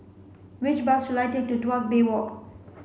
which bus should I take to Tuas Bay Walk